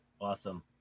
Awesome